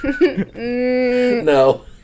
No